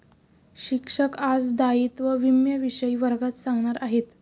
शिक्षक आज दायित्व विम्याविषयी वर्गात सांगणार आहेत